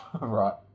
Right